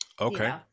okay